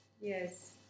Yes